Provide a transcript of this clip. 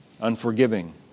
unforgiving